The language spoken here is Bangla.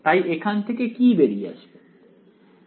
তাই এখান থেকে কি বেরিয়ে আসবে